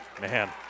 Man